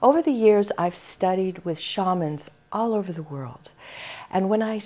all over the years i've studied with shamans all over the world and when i